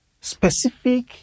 Specific